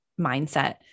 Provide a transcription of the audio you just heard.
mindset